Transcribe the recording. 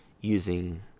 using